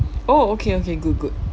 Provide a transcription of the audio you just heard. oh okay okay good good